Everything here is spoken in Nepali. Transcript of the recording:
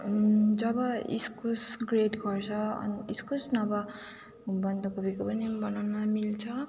जब इस्कुस ग्रेट गर्छ अनि इस्कुस नभए बन्दकोपीको पनि बनाउन मिल्छ